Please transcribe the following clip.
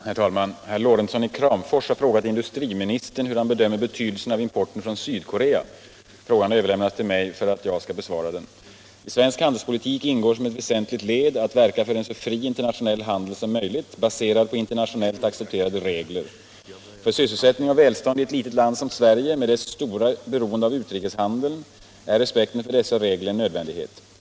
Herr talman! Herr Lorentzon i Kramfors har frågat industriministern hur han bedömer betydelsen av importen från Sydkorea. Frågan har överlämnats till mig för att jag skall besvara den. I svensk handelspolitik ingår som ett väsentligt led att verka för en så fri internationell handel som möjligt, baserad på internationellt accepterade regler. För sysselsättning och välstånd i ett litet land som Sverige med dess stora beroende av utrikeshandeln är respekten för dessa regler en nödvändighet.